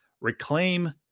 Reclaim